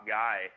guy